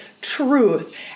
Truth